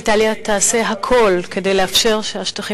איטליה תעשה הכול כדי לאפשר שהשטחים